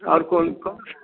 और कौन कौन सा